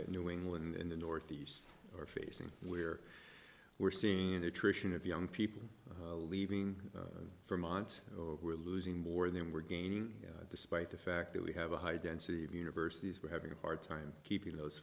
that new england and the northeast are facing where we're seeing the attrition of young people leaving from ont we're losing more than we're gaining despite the fact that we have a high density of universities were having a hard time keeping those